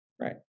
Right